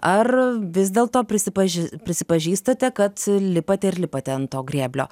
ar vis dėlto prisipaži prisipažįstate kad lipate ir lipate ant to grėblio